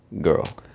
girl